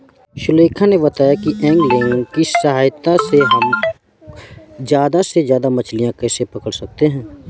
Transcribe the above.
सुलेखा ने बताया कि ऐंगलिंग की सहायता से हम ज्यादा से ज्यादा मछलियाँ कैसे पकड़ सकते हैं